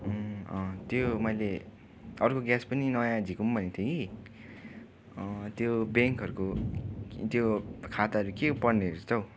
त्यो मैले अर्को ग्यास पनि नयाँ झिकौँ भनेको थिएँ कि त्यो ब्याङ्कहरूको त्यो खाताहरू के पर्नेरहेछ हौ